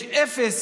יש אפס